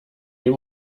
dem